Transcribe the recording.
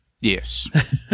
Yes